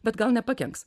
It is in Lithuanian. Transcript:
bet gal nepakenks